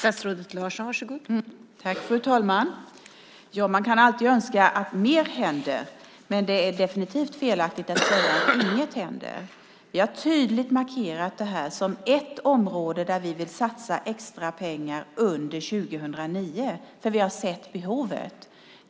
Fru talman! Man kan alltid önska att mer händer, men det är definitivt felaktigt att säga att inget händer. Vi har tydligt markerat detta som ett område där vi vill satsa extra pengar under 2009, för vi har sett behovet.